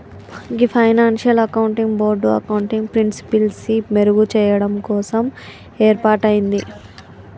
గీ financial accounting board accounting ప్రిన్సిపిల్సి మెరుగు చెయ్యడం కోసం ఏర్పాటయింది